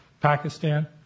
Pakistan